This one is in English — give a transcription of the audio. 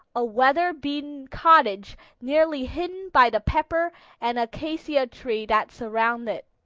a weather-beaten cottage nearly hidden by the pepper and acacia trees that surround it.